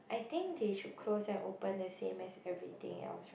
I think they should close and open the same as everything else right